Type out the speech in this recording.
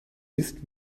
ist